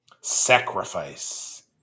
Sacrifice